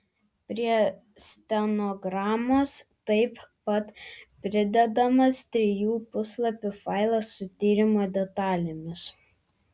prie stenogramos taip pat pridedamas trijų puslapių failas su tyrimo detalėmis